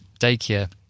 daycare